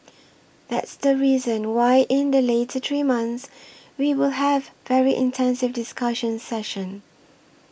that's the reason why in the later three months we will have very intensive discussion sessions